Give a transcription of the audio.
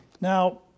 Now